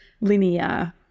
linear